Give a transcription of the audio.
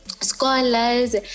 scholars